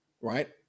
Right